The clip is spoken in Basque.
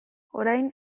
orain